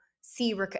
See